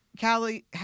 Callie –